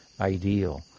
ideal